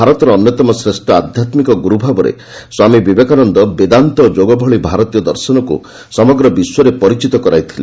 ଭାରତର ଅନ୍ୟତମ ଶ୍ରେଷ୍ଠ ଆଧ୍ୟାତ୍କିକ ଗୁରୁଭାବରେ ସ୍ୱାମୀ ବିବେକାନନ୍ଦ ବେଦାନ୍ତ ଓ ଯୋଗ ଭଳି ଭାରତୀୟ ଦର୍ଶନକୁ ସମଗ୍ର ବିଶ୍ୱରେ ପରିଚିତ କରାଇଥିଲେ